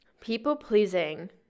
People-pleasing